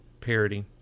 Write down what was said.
parody